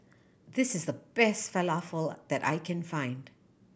this is the best Falafel that I can find